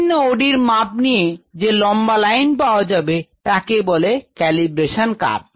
বিভিন্ন OD র মাপ নিয়ে যে লম্বা লাইন পাওয়া যাবে তাকে বলে ক্যালাইব্রেশন কার্ভ